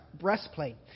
breastplate